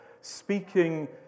speaking